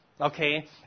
okay